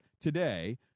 today